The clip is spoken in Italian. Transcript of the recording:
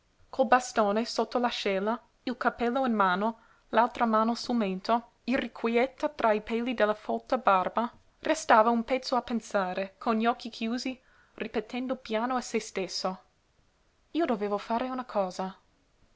col bastone sotto l'ascella il cappello in mano l'altra mano sul mento irrequieta tra i peli della folta barba restava un pezzo a pensare con gli occhi chiusi ripetendo piano a se stesso io dovevo fare una cosa